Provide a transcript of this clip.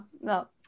No